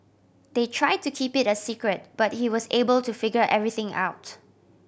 they try to keep it a secret but he was able to figure everything out